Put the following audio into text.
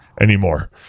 anymore